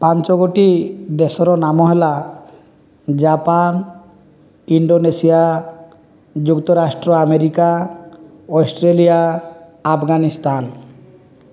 ପାଞ୍ଚଗୋଟି ଦେଶର ନାମ ହେଲା ଜାପାନ ଇଣ୍ଡୋନେସିଆ ଯୁକ୍ତରାଷ୍ଟ୍ର ଆମେରିକା ଅଷ୍ଟ୍ରେଲିଆ ଆଫଗାନିସ୍ତାନ